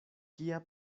kia